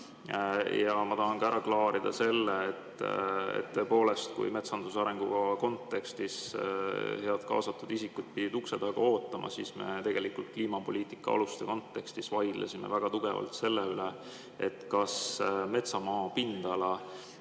Ja ma tahan ära klaarida ka selle: tõepoolest, kui metsanduse arengukava kontekstis head kaasatud isikud pidid ukse taga ootama, siis me tegelikult kliimapoliitika aluste kontekstis vaidlesime väga tugevalt selle üle, kas metsamaa pindala,